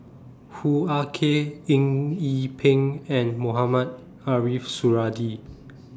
Hoo Ah Kay Eng Yee Peng and Mohamed Ariff Suradi